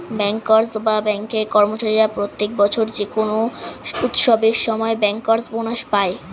bankers বা ব্যাঙ্কের কর্মচারীরা প্রত্যেক বছর যে কোনো উৎসবের সময় ব্যাংকার্স বোনাস পায়